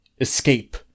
Escape